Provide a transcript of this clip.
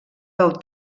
del